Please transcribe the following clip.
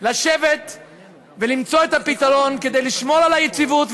לשבת ולמצוא את הפתרון כדי לשמור על היציבות,